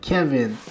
Kevin